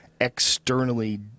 externally